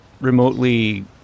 remotely